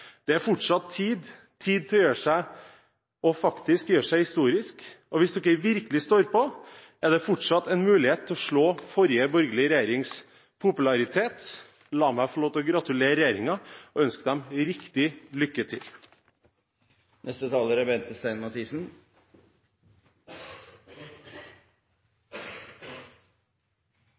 Det er fortsatt tid til faktisk å gjøre seg historisk, og hvis dere virkelig står på, er det fortsatt en mulighet til å slå forrige borgerlige regjerings popularitet. La meg få lov til å gratulere regjeringen og ønske dem riktig lykke til!